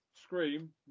Scream